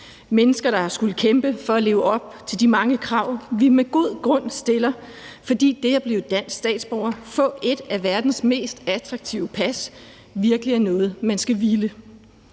mennesker, der har skullet kæmpe for at leve op til de mange krav, vi med god grund stiller, for det at blive dansk statsborger og få et af verdens mest attraktive pas er virkelig noget, man skal ville.